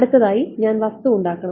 അടുത്തതായി ഞാൻ വസ്തു ഉണ്ടാക്കണം